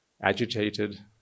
agitated